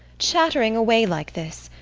chattering away like this.